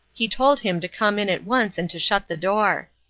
he told him to come in at once and to shut the door.